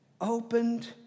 opened